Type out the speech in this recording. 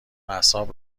اعصاب